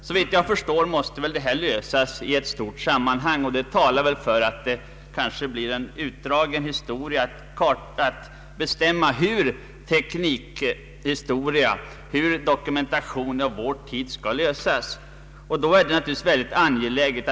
Såvitt jag förstår måste väl den här frågan lösas i ett stort sammanhang, och det tyder på att det blir en utdragen historia att bestämma hur dokumentationen av vår tids tekniska utveckling skall lösas.